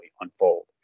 unfold